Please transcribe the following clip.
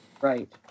Right